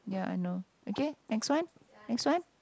ya I know okay next one next one